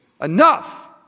Enough